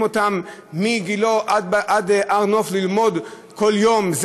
אותן מגילה עד הר נוף ללמוד כל יום,